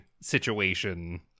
situation